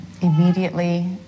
immediately